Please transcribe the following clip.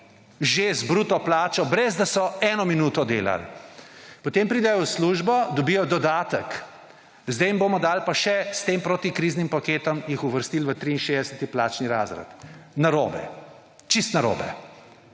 že z bruto plačo, brez da so eno minuto delali. Potem pridejo v službo in dobijo dodatek. Zdaj jih bomo pa še s tem protikriznim paketom uvrstili v 63. plačni razred. Narobe, čisto narobe!